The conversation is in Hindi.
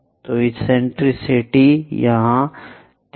तो एसेंटेरिसिटी यहाँ 34